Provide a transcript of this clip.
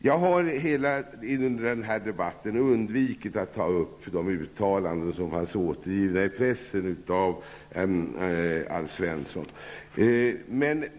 Jag har under hela denna debatt undvikit att ta upp de uttalanden av Alf Svensson som var återgivna i pressen.